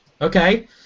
Okay